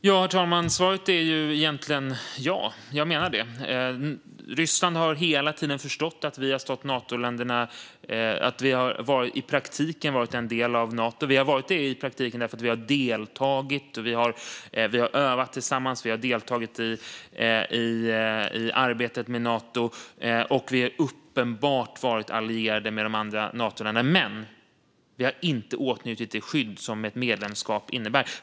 Herr talman! Svaret är egentligen ja. Jag menar det. Ryssland har hela tiden förstått att vi i praktiken har varit en del av Nato. Vi har övat tillsammans med Nato. Vi har deltagit i arbetet med Nato, och vi har uppenbart varit allierade med de övriga Natoländerna, men vi har inte åtnjutit det skydd som ett medlemskap innebär.